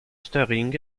stiring